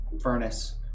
furnace